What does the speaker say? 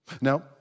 Now